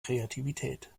kreativität